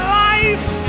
life